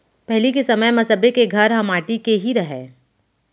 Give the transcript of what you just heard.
पहिली के समय म सब्बे के घर ह माटी के ही रहय